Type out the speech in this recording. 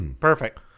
Perfect